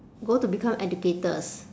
go to become educators